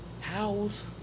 house